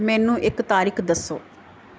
ਮੈਨੂੰ ਇੱਕ ਤਰੀਕ ਦੱਸੋ